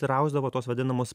tai yra tuos vadinamus